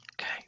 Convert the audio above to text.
okay